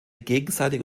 gegenseitige